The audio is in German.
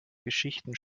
geschichten